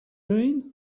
mean